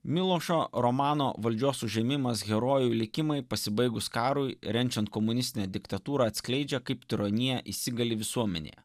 milošo romano valdžios užėmimas herojų likimai pasibaigus karui renčiant komunistinę diktatūrą atskleidžia kaip tironija įsigali visuomenėje